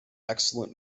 excellent